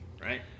right